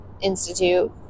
Institute